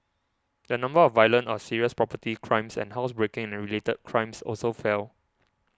the number of violent or serious property crimes and housebreaking and related crimes also fell